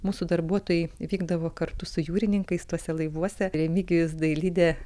mūsų darbuotojai vykdavo kartu su jūrininkais tuose laivuose remigijus dailidė